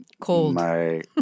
cold